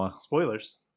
spoilers